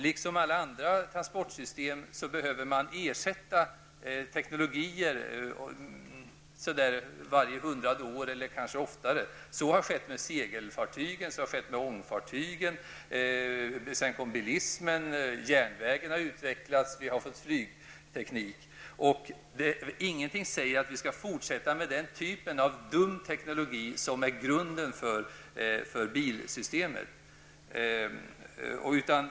Det är i fråga om alla transportsystem nödvändigt att ungefär vart hundrade år eller kanske oftare ersätta teknologier. Så har skett med segelfartygen, och så har skett med ångfartygen. Sedan kom bilismen. Järnvägen har utvecklats, och vi har fått flygteknik. Ingenting säger att vi skall fortsätta med den typ av dum teknologi som är grunden för bilsystemet.